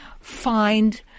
find